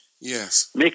Yes